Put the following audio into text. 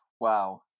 Wow